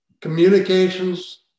Communications